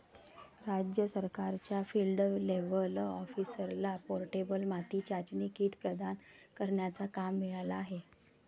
राज्य सरकारच्या field level ऑफिसरला पोर्टेबल माती चाचणी किट प्रदान करण्याचा काम मिळाला आहे